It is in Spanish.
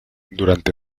durante